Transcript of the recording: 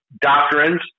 doctrines